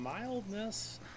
mildness